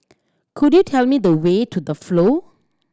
could you tell me the way to The Flow